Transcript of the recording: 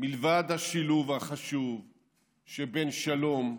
מלבד השילוב החשוב שבין שלום,